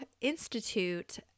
Institute